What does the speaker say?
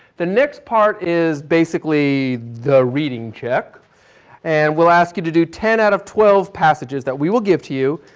the next part is basically the reading check and we will ask you to do ten out of twelve passages that we will give to you.